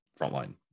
Frontline